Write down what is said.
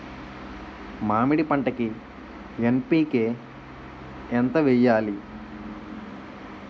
మామిడి పంటకి ఎన్.పీ.కే ఎంత వెయ్యాలి?